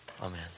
amen